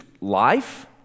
life